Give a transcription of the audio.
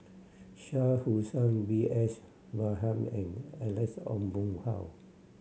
Shah Hussain B S Rajhan and Alex Ong Boon Hau